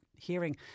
hearing